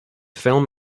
film